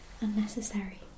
unnecessary